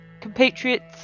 compatriots